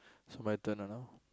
so my turn ah now